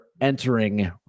entering